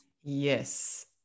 Yes